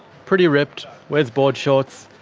pretty ripped, wears board shorts,